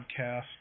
podcast